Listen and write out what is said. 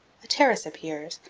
a terrace appears,